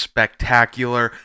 Spectacular